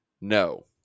No